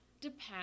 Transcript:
depends